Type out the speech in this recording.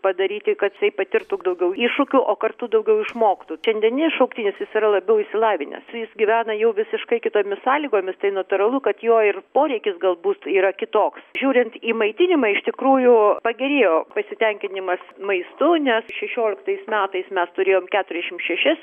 padaryti kad jisai patirtų daugiau iššūkių o kartu daugiau išmoktų šiandieninis šauktinis jis yra labiau išsilavinęs jis gyvena jau visiškai kitomis sąlygomis tai natūralu kad jo ir poreikis galbūt yra kitoks žiūrint į maitinimą iš tikrųjų pagerėjo pasitenkinimas maistu nes šešioliktais metais mes turėjom keturiasdešimt šešis